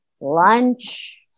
lunch